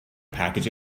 package